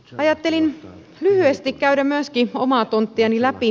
ajattelin lyhyesti käydä omaa tonttiani läpi